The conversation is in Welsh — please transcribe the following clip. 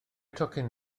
tocyn